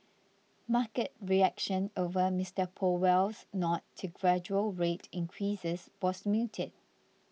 market reaction over Mister Powell's nod to gradual rate increases was muted